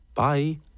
Bye